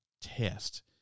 test